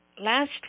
last